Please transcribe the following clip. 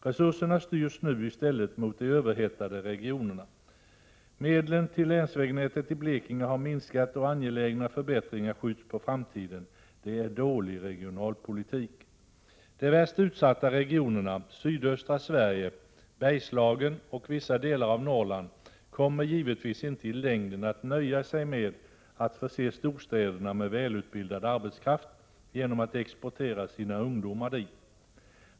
Resurserna styrs nu i stället mot de överhettade regionerna. Medlen till länsvägnätet i Blekinge har minskat, och angelägna förbättringar skjuts på framtiden. Det är dålig regionalpolitik. De värst utsatta regionerna, sydöstra Sverige, Bergslagen och vissa delar av Norrland, kommer givetvis inte i längden att nöja sig med att förse storstäderna med välutbildad arbetskraft genom att exportera sina ungdomar dit.